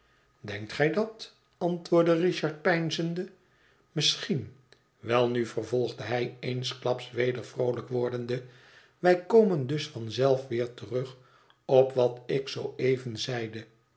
denkt gij dat antwoordde richard peinzende misschien welnu vervolgde hij eensklaps weder vroolijk wordende wij komen dus van zelf weer terug op wat ik zoo even zeide